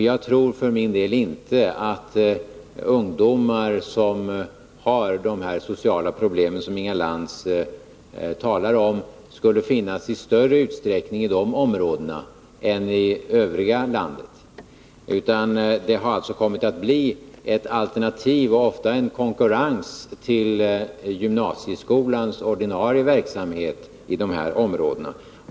Jag tror för min del inte att ungdomar som har de sociala problem som Inga Lantz talar om skulle finnas i större utsträckning i dessa områden än i övriga landet, utan dessa skolor har kommit att bli ett alternativ som ofta konkurrerat med gymnasieskolans ordinarie verksamhet i de här områdena.